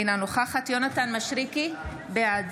אינה נוכחת יונתן מישרקי, בעד